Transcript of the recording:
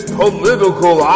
political